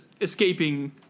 escaping